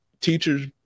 teachers